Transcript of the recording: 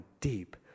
deep